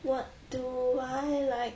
what do I like